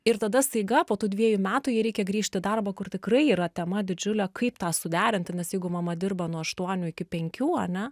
ir tada staiga po tų dviejų metų jai reikia grįžt į darbą kur tikrai yra tema didžiulė kaip tą suderinti nes jeigu mama dirba nuo aštuonių iki penkių ane